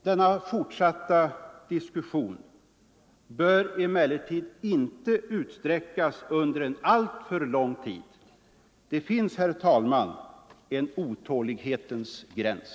Denna fortsatta diskussion bör emellertid inte utsträckas under alltför lång tid. Det finns, herr talman, en otålighetsgräns.